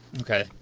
Okay